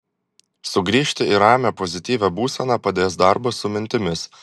sugrįžti į ramią pozityvią būseną padės darbas su mintimis